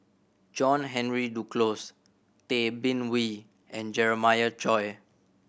John Henry Duclos Tay Bin Wee and Jeremiah Choy